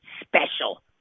special